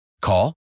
Call